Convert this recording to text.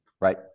Right